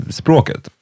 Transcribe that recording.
språket